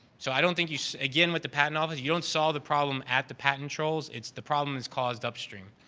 so, i don't think you again, with the patent office, you don't solve the problem at the patent trolls. it's the problem that's caused upstream.